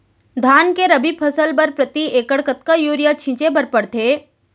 धान के रबि फसल बर प्रति एकड़ कतका यूरिया छिंचे बर पड़थे?